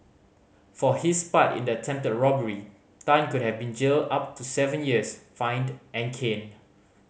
for his part in the attempted robbery Tan could have been jailed up to seven years fined and caned